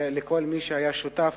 ולכל מי שהיה שותף